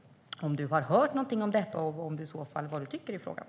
Har du hört något om det, och vad tycker du i så fall?